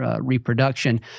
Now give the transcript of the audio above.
reproduction